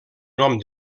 nom